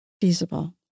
feasible